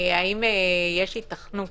האם יש היתכנות